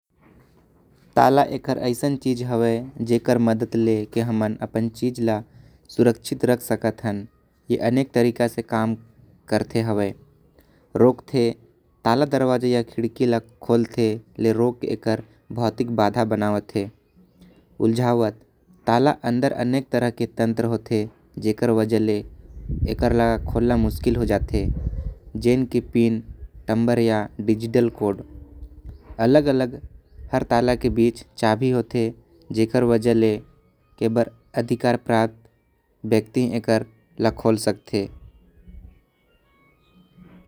ताला एकर ऐसन चीज हैवे जेकर मदद ले कर हमन अपन चीज ल। सुरक्षित रख सकत हन ए अनेक तरीका से कम करते हैवे रोकते। तला दरवाजा य खिड़की ल खोलते ले रोक एकर भौतिक बाधा बनावट हे। उलझावट ताला अन्दर अनेक तरह के तंत्र होते जेकर वजह ले एके। खोलना मुश्किल हो जाते जेन के पिन नंबर या डिजिटल कोड। अलग अलग हर ताला के बीच चाभी होते। जेकर वजह ले अधिकार प्राप्त व्यक्ति हर खोल सकते।